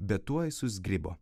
bet tuoj suzgribo